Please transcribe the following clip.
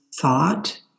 thought